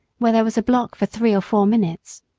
where there was a block for three or four minutes.